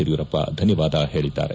ಯಡಿಯೂರಪ್ಪ ಧನ್ಗವಾದ ಹೇಳಿದ್ದಾರೆ